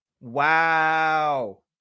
Wow